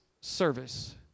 service